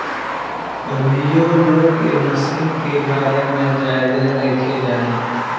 अभीयो लोग ए मशीन के बारे में ज्यादे नाइखे जानत